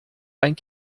ein